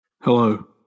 Hello